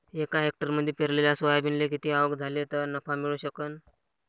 एका हेक्टरमंदी पेरलेल्या सोयाबीनले किती आवक झाली तं नफा मिळू शकन?